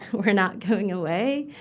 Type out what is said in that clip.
we're not going away.